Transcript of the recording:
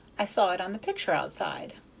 i saw it on the picture outside.